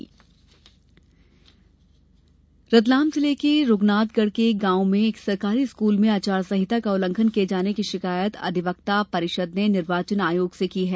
शिकायत रतलाम जिले के रुगनाथगढ़ गांव के एक सरकारी स्कूल में आचार संहिता का उल्लंघन किये जाने की शिकायत अधिवक्ता परिषद ने निर्वाचन आयोग से की है